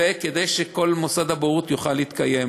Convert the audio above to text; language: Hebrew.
כדי שכל מוסד הבוררות יוכל להתקיים.